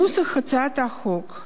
נוסח הצעת החוק: